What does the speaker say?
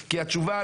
כי התשובה,